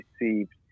received